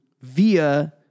via